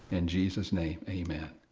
in jesus' name. amen.